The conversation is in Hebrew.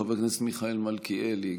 חבר הכנסת מיכאל מלכיאלי,